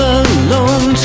alone